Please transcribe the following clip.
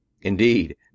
Indeed